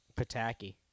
Pataki